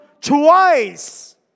twice